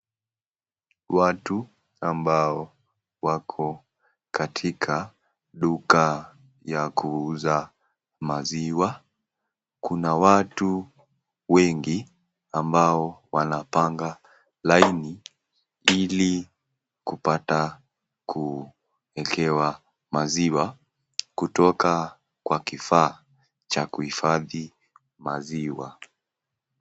Watu ambao wako katika duka ya kuuza maziwa. Kuna watu wengi ambao wanapanga laini ili kupata kuekewa maziwa kutoka kwa kifaa cha kuhifadhi maziwa.